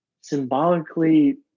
symbolically